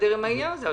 מסתדר עם העניין הזה.